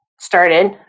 started